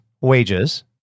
wages